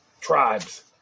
tribes